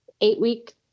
eight-week